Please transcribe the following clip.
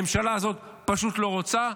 הממשלה הזאת פשוט לא רוצה.